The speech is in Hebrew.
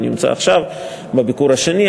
הוא נמצא עכשיו בביקור השני,